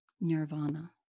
nirvana